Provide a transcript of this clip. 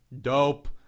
dope